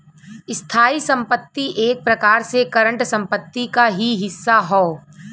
स्थायी संपत्ति एक प्रकार से करंट संपत्ति क ही हिस्सा हौ